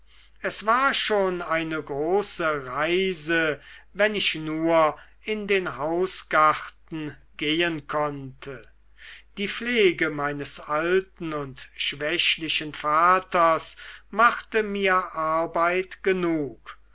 es war schon eine große reise wenn ich nur in den hausgarten gehen konnte die pflege meines alten und schwächlichen vaters machte mir arbeit genug